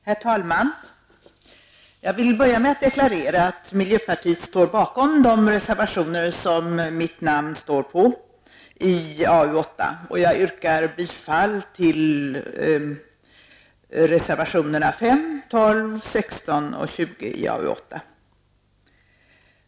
Herr talman! Jag vill börja med att deklarera att miljöpartiet står bakom alla de reservationer i AU8 som mitt namn står på. Jag yrkar bifall till reservationerna 5, 12, 16 och 20 i AU8.